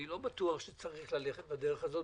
אני לא בטוח שצריך ללכת בדרך הזו,